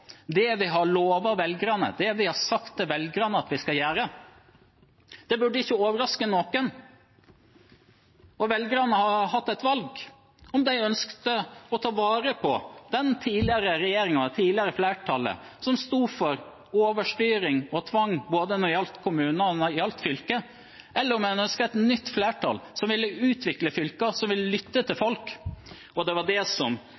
det vi har lovd velgerne, det vi har sagt til velgerne at vi skal gjøre. Det burde ikke overraske noen. Velgerne hadde et valg mellom å beholde den tidligere regjeringen og det tidligere flertallet, som sto for overstyring og tvang når det gjaldt både kommunene og fylkene, eller å få et nytt flertall, som ville utvikle fylkene og lytte til folk. Det var det siste som